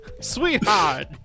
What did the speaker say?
Sweetheart